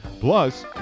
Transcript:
Plus